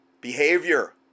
behavior